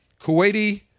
Kuwaiti